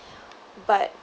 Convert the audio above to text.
but